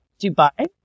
Dubai